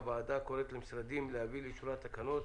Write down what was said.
הוועדה קוראת למשרדים להביא לאישורה תקנות